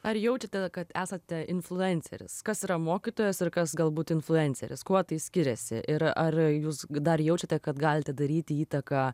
ar jaučiate kad esate influenceris kas yra mokytojas ir kas galbūt influenceris kuo tai skiriasi ir ar jūs dar jaučiate kad galite daryti įtaką